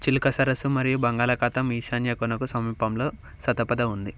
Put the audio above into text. చిలుకా సరస్సు మరియు బంగాళాఖాతం ఈశాన్య కొనకు సమీపంలో సతపద ఉంది